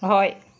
হয়